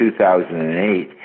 2008